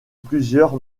plusieurs